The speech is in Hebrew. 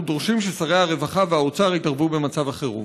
אנחנו דורשים ששרי הרווחה והאוצר יתערבו במצב החירום.